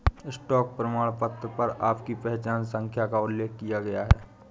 stock प्रमाणपत्र पर आपकी पहचान संख्या का उल्लेख किया गया है